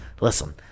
Listen